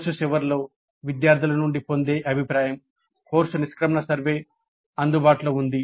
course చివరిలో విద్యార్థుల నుండి పొందే అభిప్రాయం కోర్సు నిష్క్రమణ సర్వే అందుబాటులో ఉంది